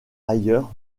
ailleurs